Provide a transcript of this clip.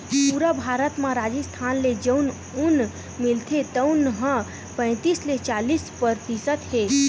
पूरा भारत म राजिस्थान ले जउन ऊन मिलथे तउन ह पैतीस ले चालीस परतिसत हे